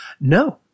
No